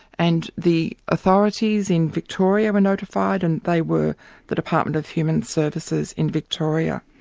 and the authorities in victoria were notified and they were the department of human services in victoria.